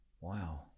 wow